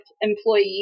employees